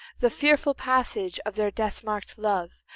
the fearful passage of their death-mark'd love,